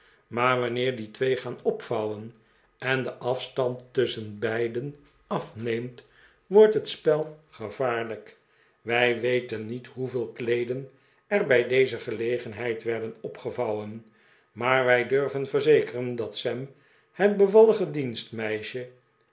maar wanneer die twee gaan opvouwen en de afstand tusschen beiden afneemt wordt het spel gevaarlijk wij weten niet hoeveel kleeden er bij deze gelegenheid werden opgevouwen maar wij durven verzekeren dat sam het bevallige